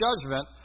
judgment